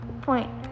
Point